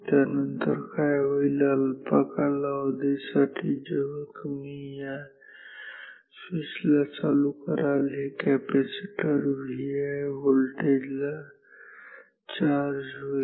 त्यानंतर काय होईल अल्पकाळासाठी जेव्हा तुम्ही हा स्विच चालू कराल हे कॅपॅसिटर Vi व्होल्टेज ला चार्ज होईल